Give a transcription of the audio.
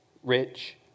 Rich